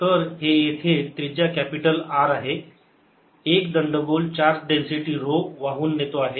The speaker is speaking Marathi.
तर हे येथे त्रिज्या कॅपिटल R आहे एक दंडगोल चार्ज डेन्सिटी ऱ्हो वाहून नेतो आहे